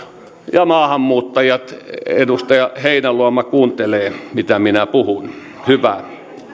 ja maahanmuuttajat edustaja heinäluoma kuuntelee mitä minä puhun hyvä